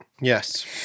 Yes